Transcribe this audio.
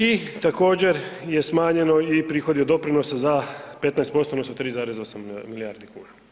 I također je smanjeno i prihodi od doprinosi za 15% odnosno 3,8 milijardi kuna.